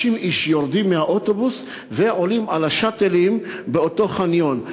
50 איש יורדים מהאוטובוס ועולים על ה"שאטלים" באותו חניון.